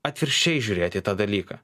atvirkščiai žiūrėti į tą dalyką